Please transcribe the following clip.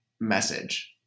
message